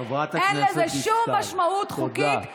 חברת הכנסת דיסטל, תודה.